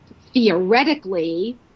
theoretically –